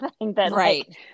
right